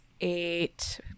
eight